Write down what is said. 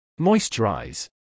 moisturize